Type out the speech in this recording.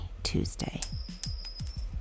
Tuesday